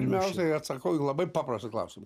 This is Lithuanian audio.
pirmiausia atsakau į labai paprastą klausimą